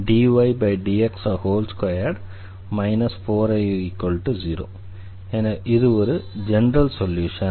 dydx2 4y0 இது ஒரு general solution